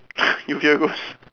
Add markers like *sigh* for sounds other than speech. *laughs* you fear ghost